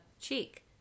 cheek